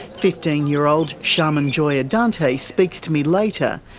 fifteen year old charmaine joy adante speaks to me later,